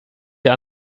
dir